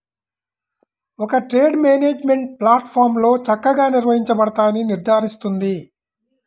ఒక trade management ప్లాట్ఫారమ్లో చక్కగా నిర్వహించబడతాయని నిర్ధారిస్తుంది